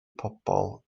pobl